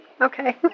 Okay